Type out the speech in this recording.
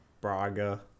Braga